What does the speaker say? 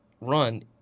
run